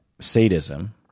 sadism